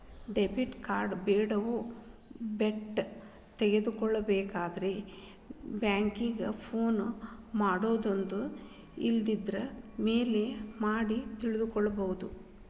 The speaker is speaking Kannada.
ಡೆಬಿಟ್ ಕಾರ್ಡ್ ಡೇವು ಡೇಟ್ ತಿಳ್ಕೊಬೇಕಂದ್ರ ಬ್ಯಾಂಕಿಂಗ್ ಫೋನ್ ಮಾಡೊಬೋದು ಇಲ್ಲಾಂದ್ರ ಮೇಲ್ ಮಾಡಿ ತಿಳ್ಕೋಬೋದು